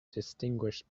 distinguished